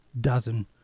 dozen